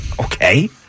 Okay